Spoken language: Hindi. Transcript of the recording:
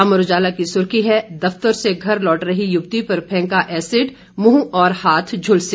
अमर उजाला की सुर्खी है दफ्तर से घर लौट रही यूवती पर फेंका एसिड मृंह और हाथ झूलसे